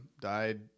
Died